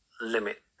limit